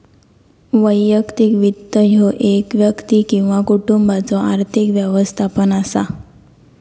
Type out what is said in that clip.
वैयक्तिक वित्त ह्यो एक व्यक्ती किंवा कुटुंबाचो आर्थिक व्यवस्थापन असा